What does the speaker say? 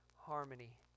harmony